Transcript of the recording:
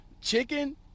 Chicken